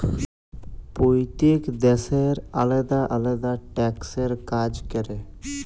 প্যইত্তেক দ্যাশের আলেদা আলেদা ট্যাক্সের কাজ ক্যরে